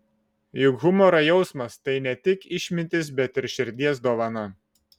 juk humoro jausmas tai ne tik išmintis bet ir širdies dovana